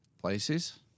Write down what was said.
places